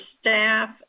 staff